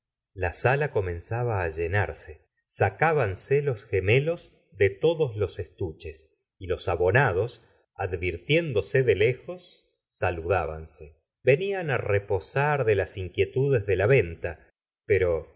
la sala comenzaba á llenarse sacábanse los gemelos de todos los estuches y los abonados advirtiéndose de lejos saludábanse veniau á reposar de las inquietudes de la venta pero